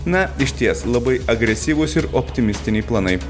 na išties labai agresyvūs ir optimistiniai planai